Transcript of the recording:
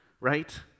right